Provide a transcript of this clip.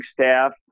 staff